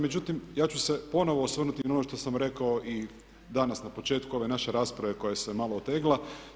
Međutim, ja ću se ponovo osvrnuti na ono što sam rekao i danas na početku ove naše rasprave koja se malo otegla.